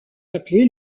appelés